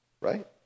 right